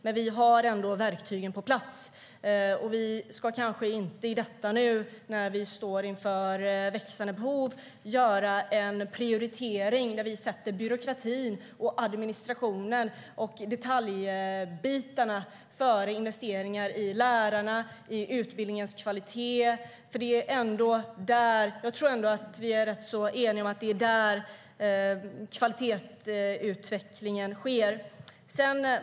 Men vi har ändå verktygen på plats, och vi ska kanske inte i detta nu, när vi står inför växande behov, göra en prioritering där vi sätter byråkratin, administrationen och detaljbitarna före investeringar i lärarna och i utbildningens kvalitet. Jag tror ändå att vi är rätt så eniga om att det är där kvalitetsutvecklingen sker.